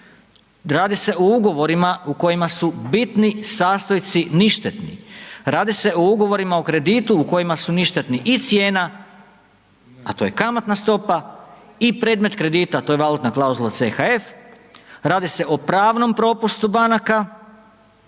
Radi se o ugovorima u kojima su bitni sastojci ništetni, radi se o ugovorima o kreditu u kojima su ništetni i cijena a to je kamatna stopa i predmet kredita, a to je valutna klauzula CHF, radi se o pravnom propustu banaka,